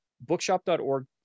bookshop.org